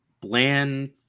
bland